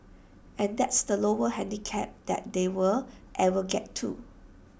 and that's the lowest handicap that they'll ever get to